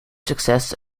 success